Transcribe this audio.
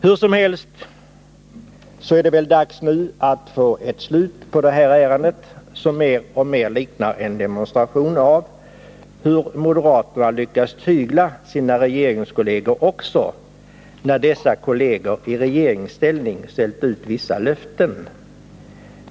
Hur som helst är det väl nu dags att få ett slut på det här ärendet, som mer och mer liknar en demonstration av hur moderaterna lyckats tygla sina regeringskollegor också när dessa kollegor i regeringsställning ställer ut vissa löften.